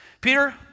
Peter